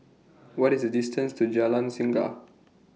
What IS The distance to Jalan Singa